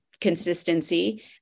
consistency